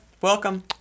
welcome